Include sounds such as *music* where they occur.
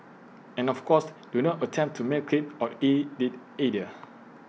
and of course do not attempt to milk IT or eat IT *unintelligible*